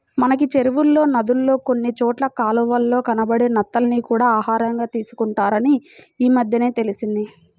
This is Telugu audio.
మనకి చెరువుల్లో, నదుల్లో కొన్ని చోట్ల కాలవల్లో కనబడే నత్తల్ని కూడా ఆహారంగా తీసుకుంటారని ఈమద్దెనే తెలిసింది